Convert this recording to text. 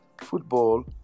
football